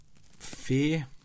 fear